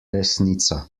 resnica